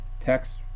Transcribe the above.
text